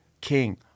King